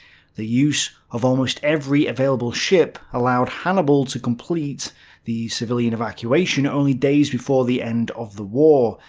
the use of almost every available ship allowed hannibal to complete the civilian evacuation only days before the end of the war,